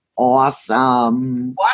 Awesome